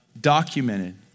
Documented